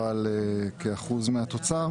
אבל כאחוז מהתוצר